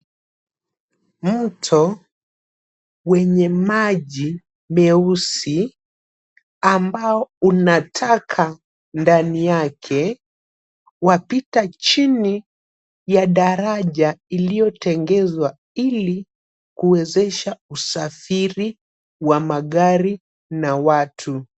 Mto wenye maji meusi ambao una taka ndani yake, wapita chini ya daraja iliyotengezwa ili kuwezesha usafiri wa magari na watu.